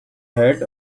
head